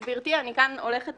גברתי, אני כאן הולכת